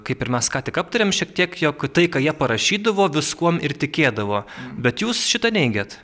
kaip ir mes ką tik aptarėm šiek tiek jog tai ką jie parašydavo viskuom ir tikėdavo bet jūs šitą neigiat